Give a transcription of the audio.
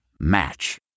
Match